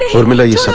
ah urmila you so